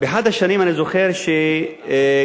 אני זוכר שבאחת השנים,